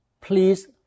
please